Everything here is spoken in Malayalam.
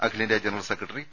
അഖിലേന്ത്യാ ജനറൽ സെക്രട്ടറി പി